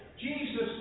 Jesus